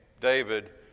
David